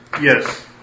Yes